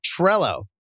Trello